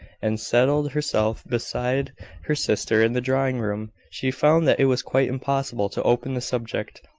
and settled herself beside her sister in the drawing-room, she found that it was quite impossible to open the subject.